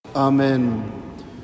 Amen